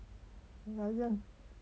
你好像